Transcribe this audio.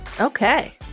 okay